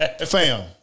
Fam